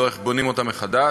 ולא איך בונים אותה מחדש.